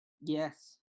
Yes